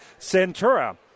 centura